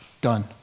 Done